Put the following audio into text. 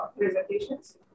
presentations